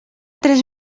tres